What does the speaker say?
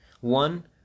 One